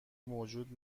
موجود